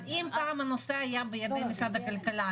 אבל אם פעם הנושא היה בידי משרד הכלכלה,